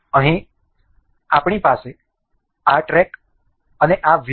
અહીં આપણી પાસે આ ટ્રેક અને આ વ્હીલ છે